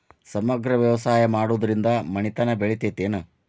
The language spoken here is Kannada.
ಸಮಗ್ರ ವ್ಯವಸಾಯ ಮಾಡುದ್ರಿಂದ ಮನಿತನ ಬೇಳಿತೈತೇನು?